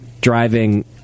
driving